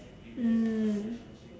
mm